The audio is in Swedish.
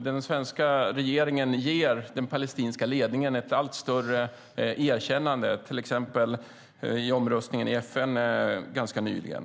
Den svenska regeringen ger den palestinska ledningen ett allt större erkännande, till exempel vid omröstningen i FN ganska nyligen.